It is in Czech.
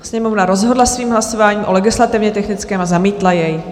Sněmovna rozhodla svým hlasováním o legislativnětechnickém a zamítla jej.